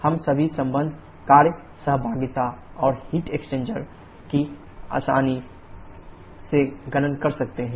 हम सभी संबद्ध कार्य सहभागिता और हीट इंटरैक्शन की आसानी से गणना कर सकते हैं